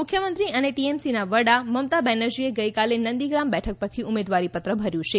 મુખ્યમંત્રી અને ટીએમસીના વડા મમતા બેનર્જીએ ગઈકાલે નંદીગ્રામ બેઠક પરથી ઉમેદવારીપત્ર ભર્યું છે